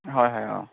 হয় হয় অঁ